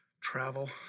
travel